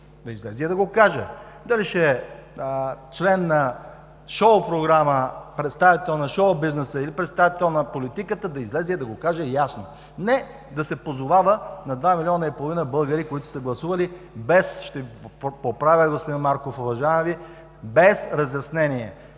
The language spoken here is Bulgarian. Да излезе и да го каже – дали ще е член на шоупрограма, представител на шоубизнеса, или представител на политиката, да излезе и да го каже ясно. Не да се позовава на два и половина милиона българи, които са гласували – ще Ви поправя, господин Марков, уважавам Ви – без разяснение.